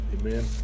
Amen